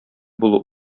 булу